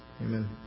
Amen